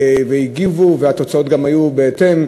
הגיבו, וגם התוצאות היו בהתאם.